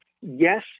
yes